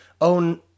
own